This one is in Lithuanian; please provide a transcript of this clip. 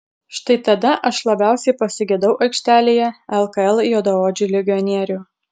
štai tada aš labiausiai pasigedau aikštelėje lkl juodaodžių legionierių